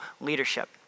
leadership